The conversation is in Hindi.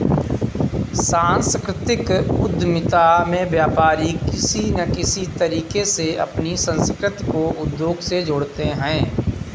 सांस्कृतिक उद्यमिता में व्यापारी किसी न किसी तरीके से अपनी संस्कृति को उद्योग से जोड़ते हैं